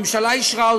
הממשלה אישרה אותו,